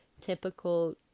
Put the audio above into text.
typical